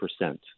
percent